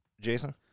Jason